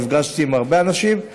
נפגשתי עם הרבה אנשים.